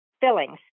fillings